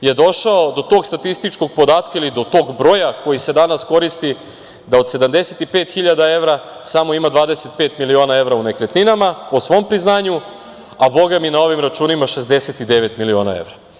je došao do tog statističkog podatka ili do tog broja koji se danas koristi da od 75.000 evra samo ima 25 miliona evra u nekretninama, po svom priznanju, a bogami na ovim računima 69 miliona evra.